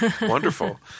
Wonderful